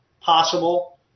possible